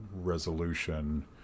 resolution